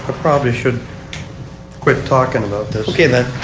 probably should quit talking about this.